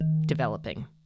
developing